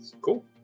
Cool